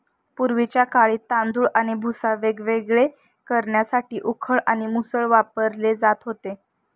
पूर्वीच्या काळी तांदूळ आणि भुसा वेगवेगळे करण्यासाठी उखळ आणि मुसळ वापरले जात होते